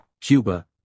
cuba